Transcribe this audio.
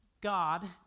God